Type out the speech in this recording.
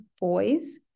boys